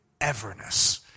everness